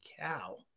cow